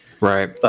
Right